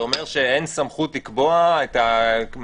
אם אתה לא נוגע בזה, מה המשמעות?